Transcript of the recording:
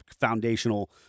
foundational